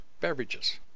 beverages